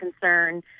concern